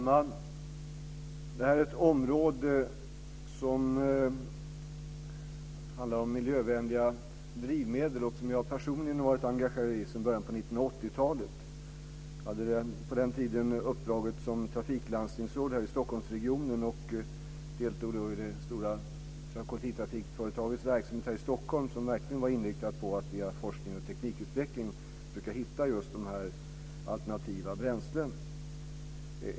Fru talman! Det här är ett område som handlar om miljövänliga drivmedel och som jag personligen har varit engagerad i sedan början av 1980-talet. Jag hade på den tiden uppdrag som trafiklandstingsråd i Stockholmsregionen och deltog här i Stockholm i det stora kollektivtrafikföretagets verksamhet, som var inriktad på att via forskning och teknikutveckling försöka hitta alternativa bränslen.